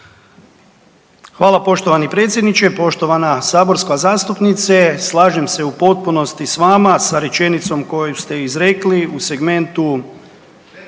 Hvala poštovani predsjedniče. Poštovana saborska zastupnice, slažem se u potpunosti s vama sa rečenicom koju ste izrekli u segmentu